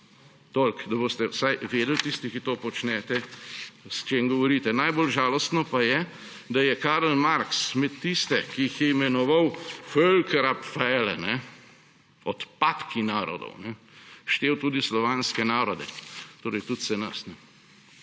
Toliko, da boste vsaj vedeli tisti, ki to počnete, o čem govorite. Najbolj žalostno pa je, da je Karl Marx med tiste, ki jih je imenoval odpadki narodov, štel tudi slovanske narode, torej tudi vse nas.